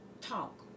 talk